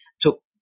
took